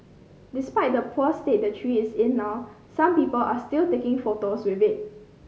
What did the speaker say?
despite the poor state the tree is in now some people are still taking photos with it